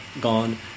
gone